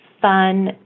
fun